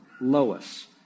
Lois